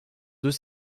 deux